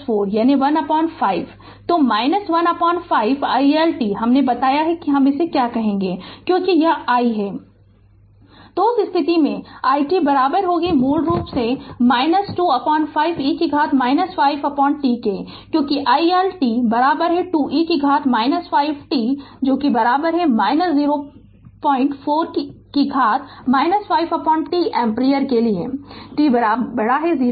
तो 1 5 i L t हमने बताया कि इसे क्या कहते हैं क्योंकि यह i है तो उस स्थिति में i t मूल रूप से 25 e की घात 5 t क्योंकि i L t 2 e की घात 5 t 04 e से घात 5 t एम्पीयर के लिए t 0